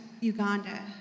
Uganda